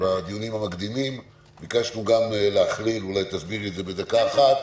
בדיונים המקדימים - אולי תסבירי בדקה אחת,